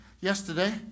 yesterday